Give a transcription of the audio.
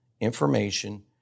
information